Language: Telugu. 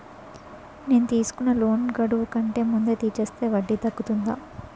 నేను తీసుకున్న లోన్ గడువు కంటే ముందే తీర్చేస్తే వడ్డీ తగ్గుతుందా?